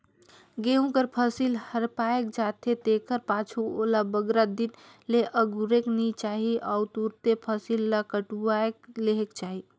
गहूँ कर फसिल हर पाएक जाथे तेकर पाछू ओला बगरा दिन ले अगुरेक नी चाही अउ तुरते फसिल ल कटुवाए लेहेक चाही